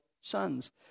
sons